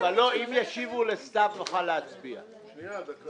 אם ישיבו לסתיו, נוכל להצביע בעד.